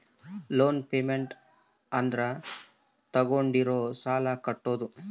loan payment ಅಂದ್ರ ತಾಗೊಂಡಿರೋ ಸಾಲ ಕಟ್ಟೋದು